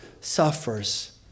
suffers